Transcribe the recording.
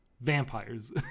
Vampires